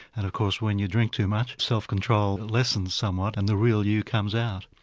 and of course when you drink too much, self-control lessens somewhat and the real you comes out.